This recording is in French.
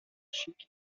chic